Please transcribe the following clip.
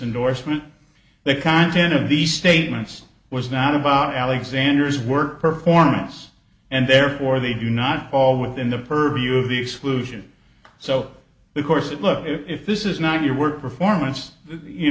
indorsement the content of these statements was not about alexander's work performance and therefore they do not fall within the purview of the exclusion so the course that look if this is not your work performance you